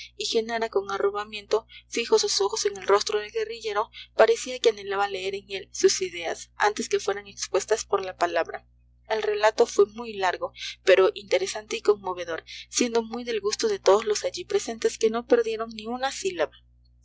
y genara con arrobamiento fijos sus ojos en el rostro del guerrillero parecía que anhelaba leer en él sus ideas antes que fueran expuestas por la palabra el relato fue muy largo pero interesante y conmovedor siendo muy del gusto de todos los allí presentes que no perdieron ni una